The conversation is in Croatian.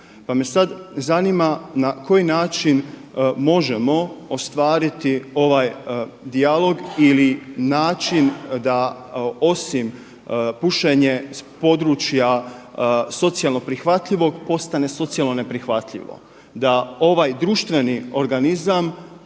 Pa me sad zanima na koji način možemo ostvariti ovaj dijalog ili način da osim pušenje s područja socijalno prihvatljivog postane socijalno neprihvatljivo, da ovaj društveni organizam